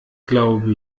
glaube